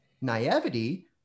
naivety